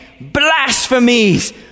blasphemies